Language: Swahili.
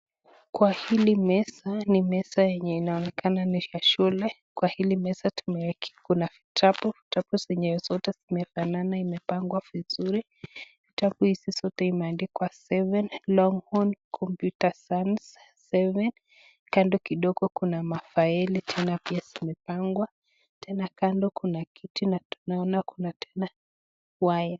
Kwa hili meza ni meza meza enye inaonekana ni ya shule, kwa hili meza tumewekewa Kuna vitabu, vitabu zenye zote zinafana na zimepangwa vizuri. Vitabu hizi zote Zimeandikwa Seven Longhorn Computer Science Seven. Kando kidogo Kuna mafaeli tena pia zimepangwa, kando Kuna Kuna kiti na tena Kuna waya.